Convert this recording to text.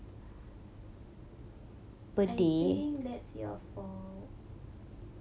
I think that's your fault